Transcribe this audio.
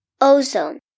ozone